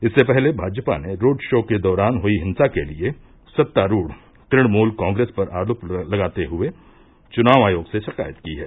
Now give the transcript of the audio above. इससे पहले भाजपा ने रोड शो के दौरान हुई हिंसा के लिए सत्तारूढ़ तुणमुल कांग्रेस पर आरोप लगाते हुए चुनाव आयोग से शिकायत की है